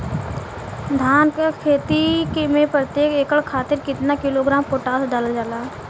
धान क खेती में प्रत्येक एकड़ खातिर कितना किलोग्राम पोटाश डालल जाला?